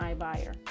iBuyer